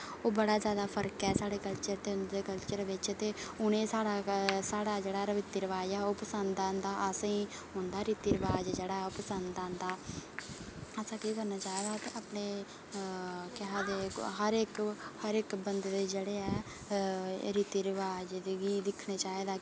ते बड़ा जादा फर्क ऐ उंदे कल्चर बिच ते साढ़े कल्चर बिच ते उनेंगी जेह्ड़ा साढ़ा रीति रवाज़ ऐ ओह् पसंद आंदा ते उंदा रीति रवाज़ जेह्ड़ा ऐ ओह् पसंद आंदा असें केह् करना चाहिदा कि अपने केह् आक्खदे कि हर इक्क हर इक्क बंदे दे जेह्ड़े ऐ रीति रवाज़ बी जेह्का दिक्खना चाहिदा